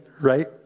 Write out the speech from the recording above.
right